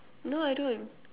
no I don't